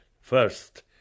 first